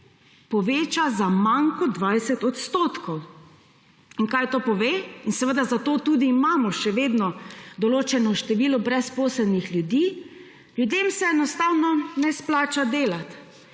poveča za manj kot 20 odstotkov. Kaj to pove? In seveda zato tudi imamo še vedno določeno število brezposelnih ljudi, ljudem se enostavno ne splača delati